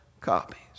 copies